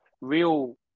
real